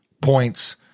points